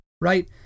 right